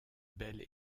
belle